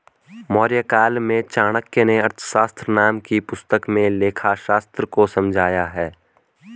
मौर्यकाल में चाणक्य नें अर्थशास्त्र नाम की पुस्तक में लेखाशास्त्र को समझाया है